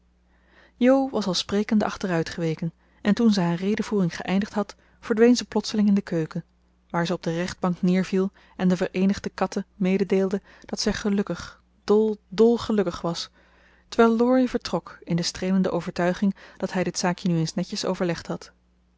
was al sprekende achteruit geweken en toen ze haar redevoering geëindigd had verdween ze plotseling in de keuken waar zij op de rechtbank neerviel en de vereenigde katten mededeelde dat zij gelukkig dol dol gelukkig was terwijl laurie vertrok in de streelende overtuiging dat hij dit zaakje nu eens netjes overlegd had